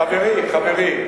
חברי,